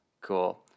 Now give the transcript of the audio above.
cool